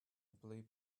blue